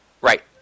Right